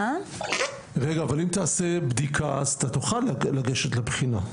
רגע, אבל אם תעשה בדיקה אז אתה תוכל לגשת לבחינה.